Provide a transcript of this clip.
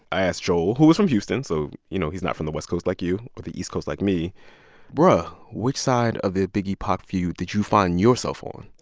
i asked joel, who is from houston so, you know, he's not from the west coast like you or the east coast like me bro, which side of the biggie-pac feud did you find yourself on?